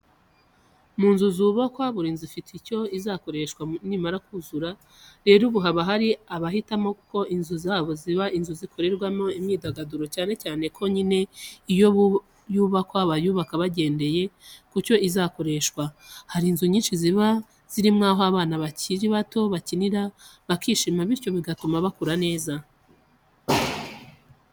Mu nzu zubakwa, buri nzu iba ifite icyo izakoreshwa nimara kuzura. Rero ubu hari abahitamo ko inzu zabo ziba inzu z'izikorerwamo imyidagaduro cyane ko nyine iyo yubakwa bayubaka bagendeye ku cyo izakoreshwa. Hari inzu nyinshi ziba zirimo aho abana bakiri bato bakinira bakishima bityo bigatuma bakura neza.